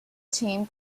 team